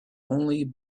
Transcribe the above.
only